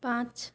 पाँच